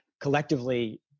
collectively